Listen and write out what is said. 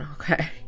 okay